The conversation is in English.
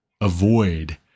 avoid